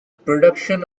production